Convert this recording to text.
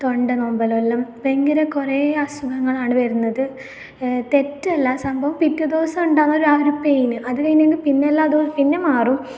തൊണ്ട നൊമ്പലെല്ലാം ബയങ്കര കുറേ അസുഖങ്ങളാണ് വരുന്നത് തെറ്റല്ല സംഭവം പിറ്റേ ദിവസം ഉണ്ടാകുന്ന ആ ഒരു പെയിന് അത് കഴിഞ്ഞെങ്കിൽ പിന്നെ എല്ലാം അത് പിന്നെ മാറും